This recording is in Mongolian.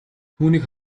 түүнийг